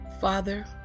Father